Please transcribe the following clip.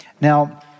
Now